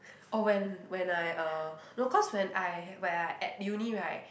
oh when when I uh no cause when I when I at uni right